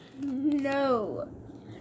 No